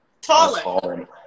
taller